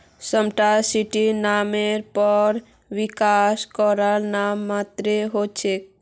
smart सिटीर नामेर पर विकास कार्य नाम मात्रेर हो छेक